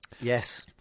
Yes